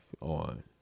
on